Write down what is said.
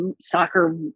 soccer